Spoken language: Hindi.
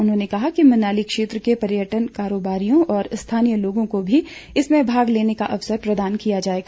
उन्होंने कहा कि मनाली क्षेत्र के पर्यटन कारोबारियों और स्थानीय लोगों को भी इसमें भाग लेने का अवसर प्रदान किया जाएगा